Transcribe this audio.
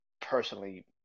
personally